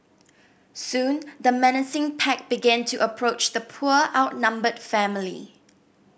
soon the menacing pack began to approach the poor outnumbered family